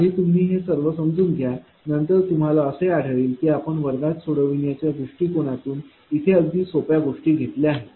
आधी तुम्ही हे सर्व समजून घ्या नंतर तूम्हाला आढळले की आपण वर्गात सोडविण्याच्या दृष्टिकोनातून इथे अगदी सोप्या गोष्टी घेतल्या आहेत